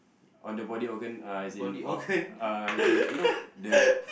on the body organ uh as in uh uh as in you know the